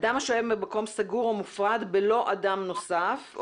אדם השוהה במקום סגור או מופרד בלא אדם נוסף או